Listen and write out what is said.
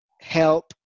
help